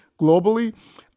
globally